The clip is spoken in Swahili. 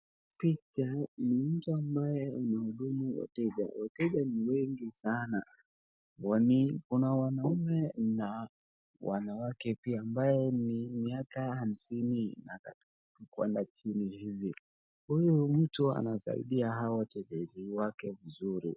Picha ni mtu ambaye anahudumu wateja, wateja ni wengi sana kwani kuna wanaume na wanawake pia, ambaye ni miaka hamsini na tatu kuenda chini hivi, huyu mtu anasaidia hawa wateja wake vizuri.